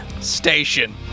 station